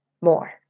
more